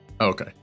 Okay